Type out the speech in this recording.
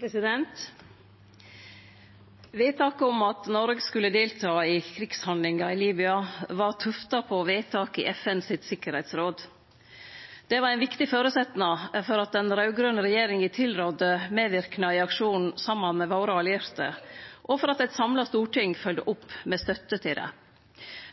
ryggen. Vedtaket om at Noreg skulle delta i krigshandlingar i Libya var tufta på vedtak i FNs sikkerheitsråd. Det var ein viktig føresetnad for at den raud-grøne regjeringa tilrådde medverknad i aksjonen saman med våre allierte, og for at eit samla storting følgde opp med støtte til det.